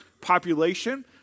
population